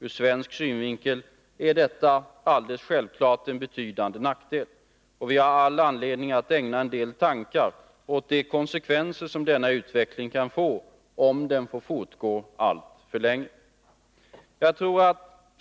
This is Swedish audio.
Ur svensk synvinkel är detta givetvis en betydande nackdel. Vi har all anledning att ägna en del tankar åt de konsekvenser som denna utveckling kan få, om den får fortgå alltför länge.